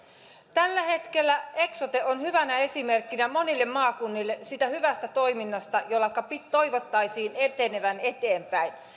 tällä hetkellä eksote on hyvänä esimerkkinä monille maakunnille siitä hyvästä toiminnasta jonka toivottaisiin etenevän eteenpäin